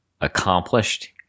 accomplished